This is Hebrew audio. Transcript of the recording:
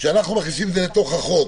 כשאנחנו מכניסים את זה לחוק,